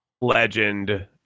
legend